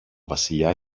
βασιλιά